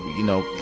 you know,